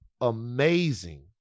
amazing